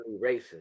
racist